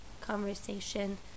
conversation